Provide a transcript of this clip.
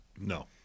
No